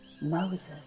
Moses